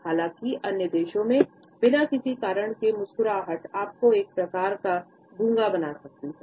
हालांकि अन्य देशों में बिना किसी कारण के मुस्कुराहट आपको एक प्रकार का गूंगा बना सकती है